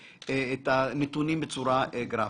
הנתונים בצורה גרפית.